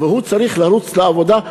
והוא צריך לרוץ לעבודה.